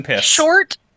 short